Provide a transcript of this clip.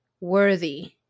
worthy